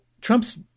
Trump's